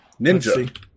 Ninja